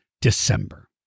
December